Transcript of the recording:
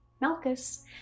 Malchus